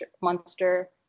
monster